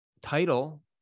title